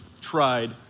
tried